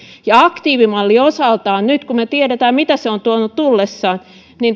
ja aktiivimalli osaltaan nyt kun me tiedämme mitä se on tuonut tullessaan